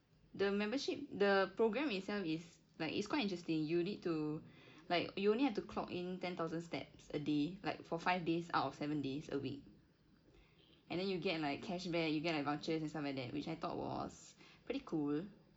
the membership the program itself is like it's quite interesting you need to like you only have to clock in ten thousand steps a day like for five days out of seven days a week and then you get like cashback you get like vouchers and stuff like that which I thought was pretty cool